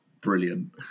brilliant